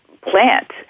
plant